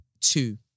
two